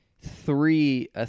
three